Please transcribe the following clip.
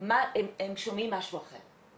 הם שומעים משהו אחר.